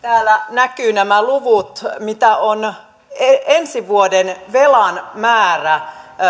näkyvät nämä luvut että ensi vuoden velan määrä